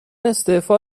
استعفا